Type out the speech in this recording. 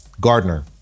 Gardner